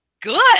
good